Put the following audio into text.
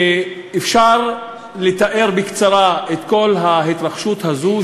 אפשר לתאר בקצרה את כל ההתרחשות הזאת,